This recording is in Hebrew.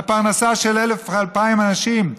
הפרנסה של 1,000 2,000 אנשים.